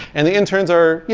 and the interns are, yeah